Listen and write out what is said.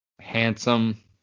handsome